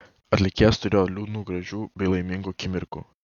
atlikėjas turėjo liūdnų gražių bei laimingų akimirkų